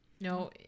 no